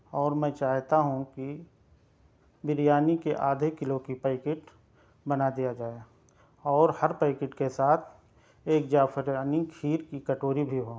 اور میں چاہتا ہوں کہ بریانی کے آدھے کلو کی پیکٹ بنا دیا جائے اور ہر پیکٹ کے ساتھ ایک جافرانی کھیر کی کٹوری بھی ہوں